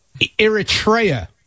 eritrea